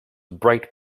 bright